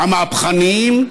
המהפכניים,